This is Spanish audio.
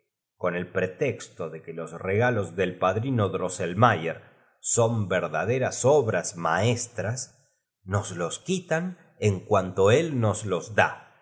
con el pretexto de que los regalos del padrino drosselmayer son verdaderas obras maestras nos los quitan en cuanto él nos los da